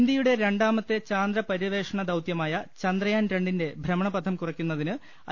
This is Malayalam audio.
ഇന്ത്യയുടെ രണ്ടാമത്തെ ചാന്ദ്രപര്യവേഷണ ദൌത്യമായ ചന്ദ്രയാൻ രണ്ടിന്റെ ഭ്രമണപഥം കുറയ്ക്കുന്നതിന് ഐ